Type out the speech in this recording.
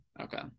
Okay